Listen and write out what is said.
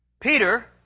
Peter